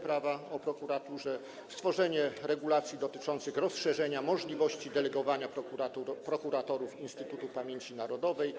Prawa o prokuraturze oraz o stworzeniu regulacji dotyczących rozszerzenia możliwości delegowania prokuratorów Instytutu Pamięci Narodowej.